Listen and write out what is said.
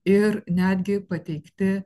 ir netgi pateikti